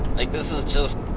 like this is just